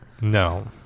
No